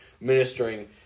ministering